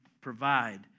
provide